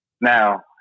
Now